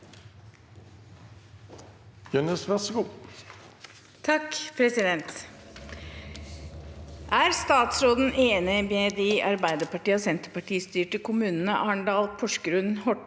«Er statsråden enig med de Arbeiderparti- og Senterpartistyrte kommunene Arendal, Porsgrunn, Horten,